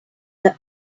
the